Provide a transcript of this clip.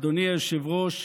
אדוני היושב-ראש,